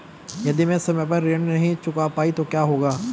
यदि मैं समय पर ऋण नहीं चुका पाई तो क्या होगा?